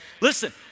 Listen